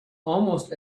almost